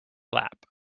lap